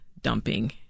dumping